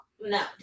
no